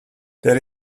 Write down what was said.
there